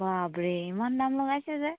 বাপৰে ইমান দাম লগাইছে যে